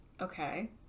Okay